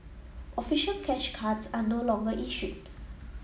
official cash cards are no longer issued